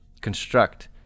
construct